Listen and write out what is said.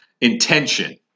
intention